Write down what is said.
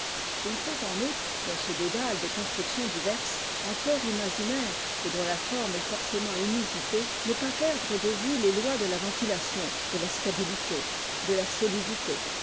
il faut en outre dans ce dédale de constructions diverses encore imaginaires et dont la forme est forcément inusitée ne pas perdre de vue les lois de la ventilation de la stabilité de la solidilé